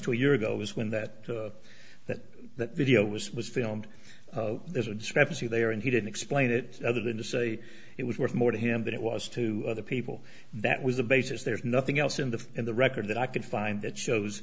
to a year ago was when that that that video was was filmed there's a discrepancy there and he didn't explain it other than to say it was worth more to him that it was to other people that was the basis there's nothing else in the in the record that i can find that shows